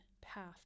path